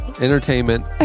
entertainment